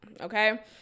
okay